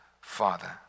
Father